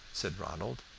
said ronald,